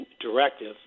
directive